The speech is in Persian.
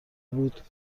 بود